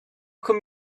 come